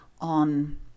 on